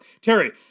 Terry